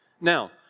Now